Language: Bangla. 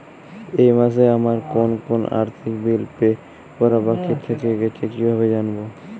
এই মাসে আমার কোন কোন আর্থিক বিল পে করা বাকী থেকে গেছে কীভাবে জানব?